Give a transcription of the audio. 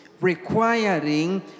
requiring